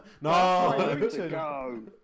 No